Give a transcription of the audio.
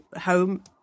home